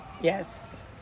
Yes